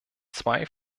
zwei